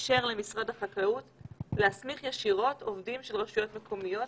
אפשר למשרד החקלאות להסמיך ישירות עובדים של רשויות מקומיות